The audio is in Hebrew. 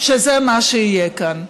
שזה מה שיהיה כאן.